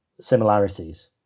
similarities